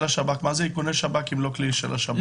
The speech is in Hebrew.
מה זה איכוני שב"כ אם לא כלי של השב"כ?